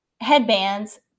headbands